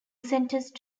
sentenced